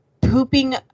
pooping